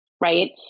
right